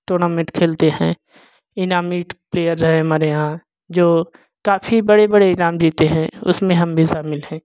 tournament खेलते हैं ईनामित प्लेयर है हमारे यहाँ जो काफी बड़े बड़े ईनाम जीते हैं उसमें हम भी शामिल हैं